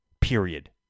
Period